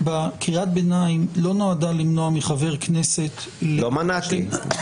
קריאת הביניים לא נועדה למנוע מחבר כנסת --- לא מנעתי,